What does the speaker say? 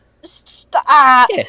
Stop